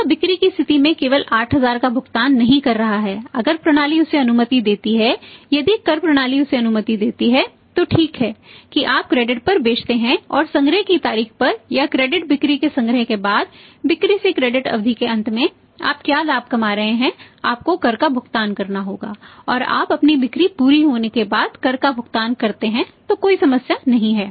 वह बिक्री की स्थिति में केवल 8000 का भुगतान नहीं कर रहा है अगर प्रणाली उसे अनुमति देती है यदि कर प्रणाली उसे अनुमति देती है तो ठीक है कि आप क्रेडिट अवधि के अंत में आप क्या लाभ कमा रहे हैं आपको कर का भुगतान करना होगा और आप अपनी बिक्री पूरी होने के बाद कर का भुगतान करते हैं तो कोई समस्या नहीं है